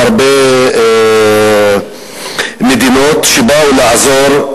מהרבה מדינות שבאו לעזור.